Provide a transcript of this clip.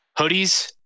hoodies